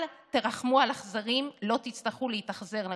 אל תרחמו על אכזרים, לא תצטרכו להתאכזר לרחמנים.